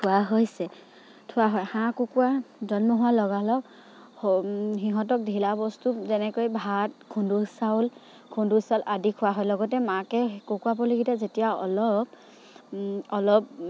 থোৱা হৈছে থোৱা হয় হাঁহ কুকুৰা জন্ম হোৱা লগালগ সিহঁতক ঢিলা বস্তু যেনেকৈ ভাত খুন্দু চাউল আদি খুওৱা হয় লগতে মাকে কুকুৰা পোৱালিকিটা যেতিয়া অলপ অলপ